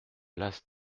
place